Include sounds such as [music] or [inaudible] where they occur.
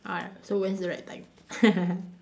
ah so when's the right time [laughs]